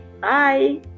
Bye